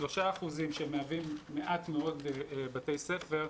3% שמהווים מעט מאוד בתי ספר,